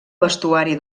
vestuari